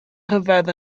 rhyfedd